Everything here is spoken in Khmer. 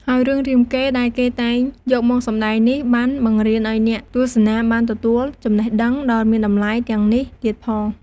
ហើយរឿងរាមកេរ្តិ៍ដែលគេតែងយកមកសម្តែងនេះ បានបង្រៀនឲ្យអ្នកទស្សនាបានទទួលចំណេះដឹងដ៏មានតម្លៃទាំងនេះទៀតផង។